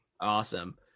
Awesome